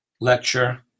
lecture